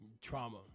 trauma